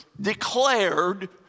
declared